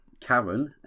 Karen